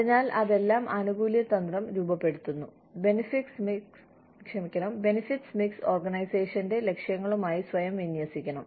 അതിനാൽ അതെല്ലാം ആനുകൂല്യ തന്ത്രം രൂപപ്പെടുത്തുന്നു ബെനിഫിറ്റ്സ് മിക്സ് ഓർഗനൈസേഷന്റെ ലക്ഷ്യങ്ങളുമായി സ്വയം വിന്യസിക്കണം